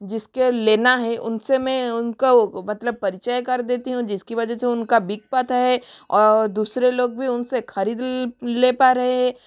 जिस के लेना है उन से मैं उनका मतलब परिचय कर देती हूँ जिसकी वजह से उनका बिक पता है और दूसरे लोग भी उन से ख़रीद ले पा रहे हैं